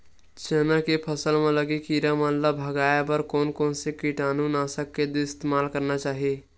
चना के फसल म लगे किड़ा मन ला भगाये बर कोन कोन से कीटानु नाशक के इस्तेमाल करना चाहि?